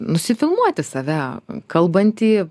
nusifilmuoti save kalbantį